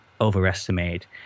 overestimate